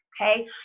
Okay